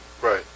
right